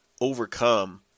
overcome